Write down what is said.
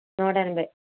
నూట ఎనభై